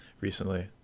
recently